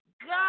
God